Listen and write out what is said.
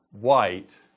white